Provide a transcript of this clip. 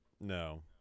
No